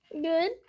Good